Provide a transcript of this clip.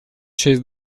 часть